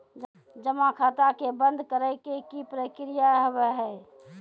जमा खाता के बंद करे के की प्रक्रिया हाव हाय?